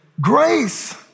grace